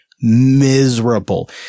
miserable